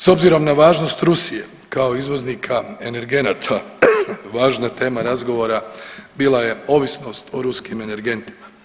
S obzirom na važnost Rusije kao izvoznika energenata važna tema razgovora bila je ovisnost o ruskim energentima.